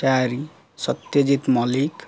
ଚାରି ସତ୍ୟଜିତ ମଲ୍ଲିକ